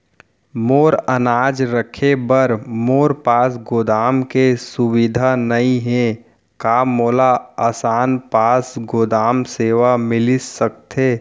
मोर अनाज रखे बर मोर पास गोदाम के सुविधा नई हे का मोला आसान पास गोदाम सेवा मिलिस सकथे?